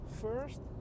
first